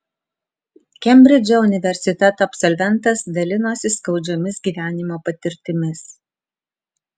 kembridžo universiteto absolventas dalinosi skaudžiomis gyvenimo patirtimis